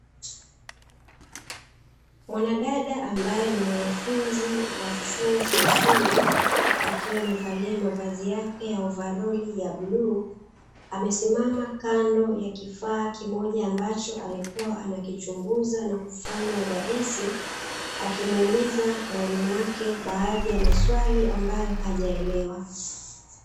Mwanadada ambaye ni mwanafunzi wa chuo cha ufundi, akiwa amevalia mavazi yake ya ova roli la bluu, amesimama kando ya kifaa kimoja ambacho alikua anakichunguza na kufanya udadisi, akimuuliza mwalimu wake baadhi ya maswali ambayo hajayaelewa.